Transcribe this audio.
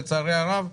לצערי הרב,